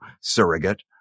surrogate